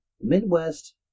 Midwest